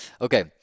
Okay